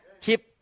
Keep